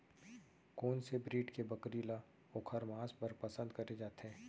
कोन से ब्रीड के बकरी ला ओखर माँस बर पसंद करे जाथे?